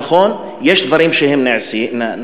נכון, יש דברים שהם נעשים,